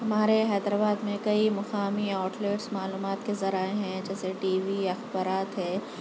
ہمارے حیدرآباد میں کئی مقامی آؤٹ لیٹس معلومات کے ذرائع ہیں جیسے ٹی وی اخبارات ہے